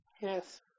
Yes